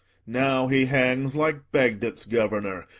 now he hangs like bagdet's governor,